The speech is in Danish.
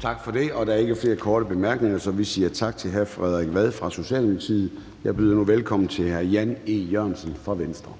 Kl. 14:28 Formanden (Søren Gade): Tak for det. Der er ikke flere korte bemærkninger, så vi siger tak til hr. Frederik Vad fra Socialdemokratiet. Jeg byder nu velkommen til hr. Jan E. Jørgensen fra Venstre.